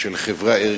של חברה ערכית.